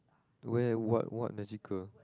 where what what magical